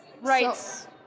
Right